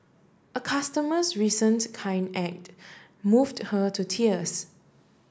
a customer's recent kind act moved her to tears